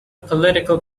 political